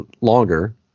longer